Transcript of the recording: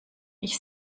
ich